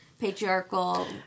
patriarchal